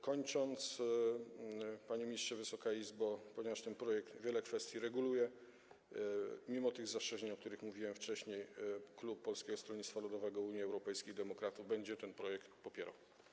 Kończąc, panie ministrze, Wysoka Izbo, ponieważ ten projekt wiele kwestii reguluje mimo tych zastrzeżeń, o których mówiłem wcześniej, klub Polskiego Stronnictwa Ludowego - Unii Europejskich Demokratów będzie go popierał.